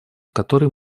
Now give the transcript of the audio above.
который